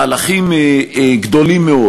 מהלכים גדולים מאוד.